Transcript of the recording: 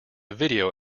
video